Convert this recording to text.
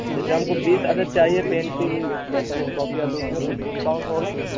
جیسے ہم کو بیس عدد چاہیے پینسل دس عدد کاپیاں تو اس میں کچھ ڈسکاؤنٹ ہوگا